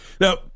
Now